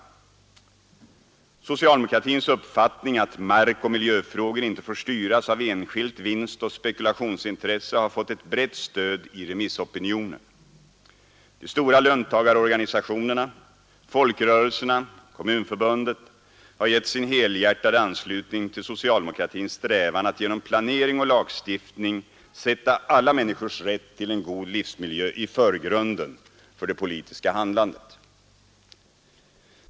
Socialdemokratins uppfattning, att markoch miljöfrågor inte får styras av enskilt vinstoch spekulationsintresse, har fått ett brett stöd i remissopinionen. De stora löntagarorganisationerna, folkrörelserna och Kommunförbundet har gett sin helhjärtade anslutning till socialdemokratins strävan att genom planering och lagstiftning sätta alla människors rätt till en god livsmiljö i förgrunden för det politiska handlandet.